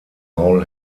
maul